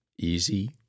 easy